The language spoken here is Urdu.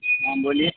ہاں بولیے